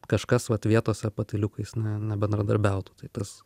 kažkas vat vietose patyliukais ne nebendradarbiautų tai tas